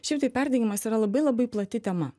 šiaip tai perdegimas yra labai labai plati tema